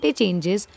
changes